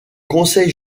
conseil